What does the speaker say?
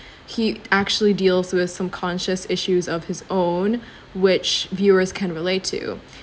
he actually deals with some conscious issues of his own which viewers can relate to